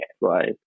right